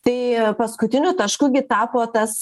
tai paskutiniu tašku tapo tas